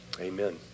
Amen